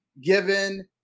given